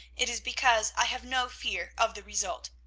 it is because i have no fear of the result.